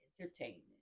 entertainment